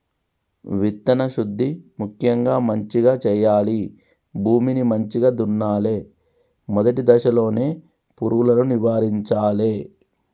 విత్తన శుద్ధి ముక్యంగా మంచిగ చేయాలి, భూమిని మంచిగ దున్నలే, మొదటి దశలోనే పురుగులను నివారించాలే